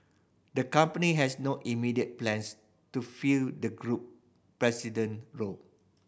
the company has no immediate plans to fill the group president role